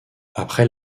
après